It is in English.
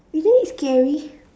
is it scary